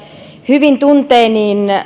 hyvin tuntee niin